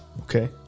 Okay